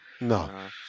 No